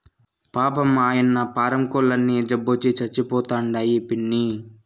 పాపం, ఆయన్న పారం కోల్లన్నీ జబ్బొచ్చి సచ్చిపోతండాయి పిన్నీ